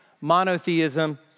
Monotheism